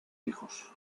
hijos